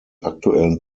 aktuellen